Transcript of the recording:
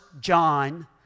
John